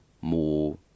more